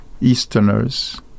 easterners